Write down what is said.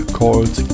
called